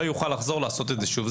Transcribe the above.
לא יוכל לחזור לעשות את זה שוב.